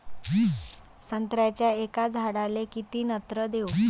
संत्र्याच्या एका झाडाले किती नत्र देऊ?